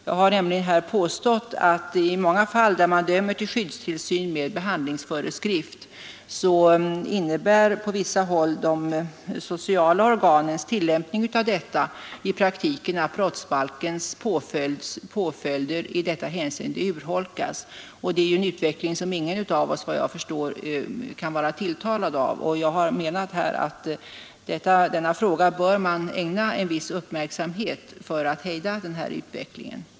Jag har nämligen påstått att i många fall där man dömer till skyddstillsyn med behandlingsföreskrift, innebär på vissa håll de sociala organens tillämpning av detta i praktiken, att brottsbalkens påföljder i detta hänseende urholkas. Det är en utveckling som ingen av oss kan vara tilltalad av. Jag menar att denna fråga bör ägnas en viss uppmärksamhet för att hejda den här utvecklingen.